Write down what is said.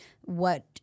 what-